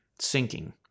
sinking